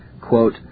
quote